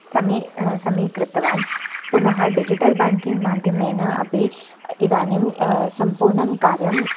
समी समीकृतवान् पुनः डिजिटल् बेङ्किङ्ग् माध्यमेन अपि इदानीं सम्पूर्णं कार्यम्